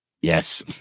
Yes